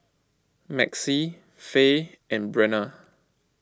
Maxie Fae and Brenna